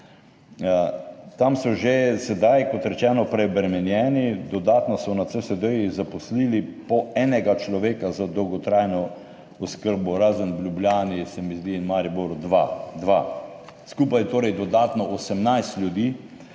Tam so že sedaj, kot rečeno, preobremenjeni. Dodatno so na CSD zaposlili po enega človeka za dolgotrajno oskrbo, razen v Ljubljani, se mi zdi, in Mariboru dva. Skupaj torej dodatno 18 ljudi,